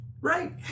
right